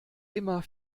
immer